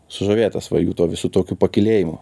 sužavėtas va jų tuo visu tokiu pakylėjimu